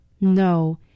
No